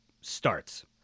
starts